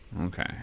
Okay